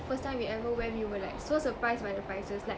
first time we ever went we were like so surprised by the prices like